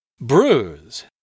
bruise